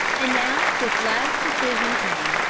and now this last decision came,